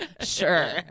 sure